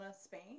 Spain